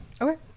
Okay